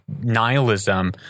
nihilism